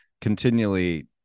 continually